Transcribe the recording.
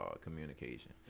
communication